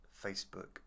Facebook